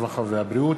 הרווחה והבריאות,